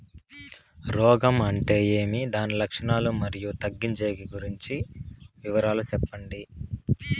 రోగం అంటే ఏమి దాని లక్షణాలు, మరియు తగ్గించేకి గురించి వివరాలు సెప్పండి?